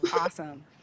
awesome